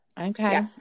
okay